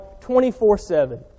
24-7